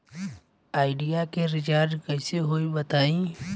Idea के recharge कइसे होई बताईं?